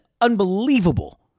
unbelievable